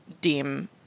deem